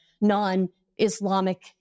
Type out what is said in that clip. non-Islamic